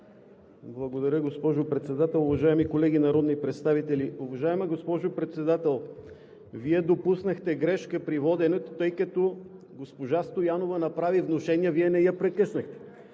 Благодаря, госпожо Председател. Уважаеми колеги народни представители! Уважаема госпожо Председател, Вие допуснахте грешка при воденето, тъй като госпожа Стоянова направи внушения, а Вие не я прекъснахте.